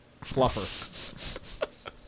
Fluffer